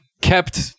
kept